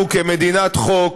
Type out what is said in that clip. אנחנו, כמדינת חוק,